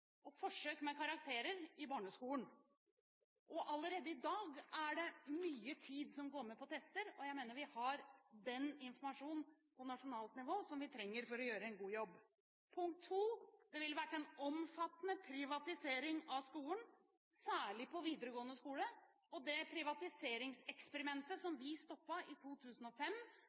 og forsøk med karakterer i barneskolen. Allerede i dag er det mye tid som går med til tester. Jeg mener vi har den informasjonen på nasjonalt nivå som vi trenger for å gjøre en god jobb. Punkt to: Det ville vært en omfattende privatisering av skolen, særlig på videregående skole. Det privatiseringseksperimentet som vi stoppet i 2005,